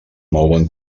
mouen